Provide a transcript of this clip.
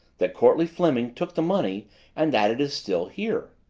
that courtleigh fleming took the money and that it is still here?